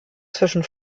zwischen